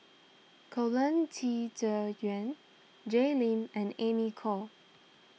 Colin Qi Zhe Yuen Jay Lim and Amy Khor